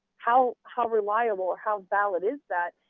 how how reliable or how valid is that.